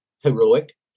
heroic